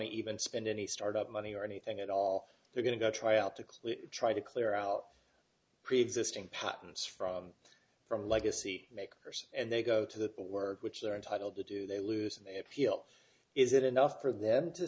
to even spend any start up money or anything at all they're going to go try out to clear try to clear out preexisting patents from from legacy makers and they go to work which they're entitled to do they lose if they appeal is it enough for them to